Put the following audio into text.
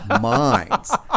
minds